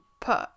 put